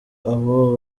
abo